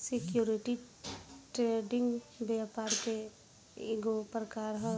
security trading व्यापार के ईगो प्रकार ह